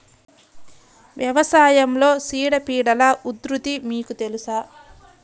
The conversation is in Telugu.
వ్యవసాయంలో చీడపీడల ఉధృతి మీకు తెలుసా?